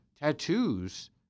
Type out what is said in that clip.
tattoos